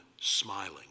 smiling